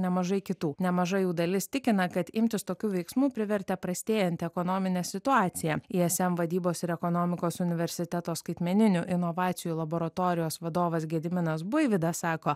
nemažai kitų nemaža jų dalis tikina kad imtis tokių veiksmų privertė prastėjanti ekonominė situacija ism vadybos ir ekonomikos universiteto skaitmeninių inovacijų laboratorijos vadovas gediminas buivydas sako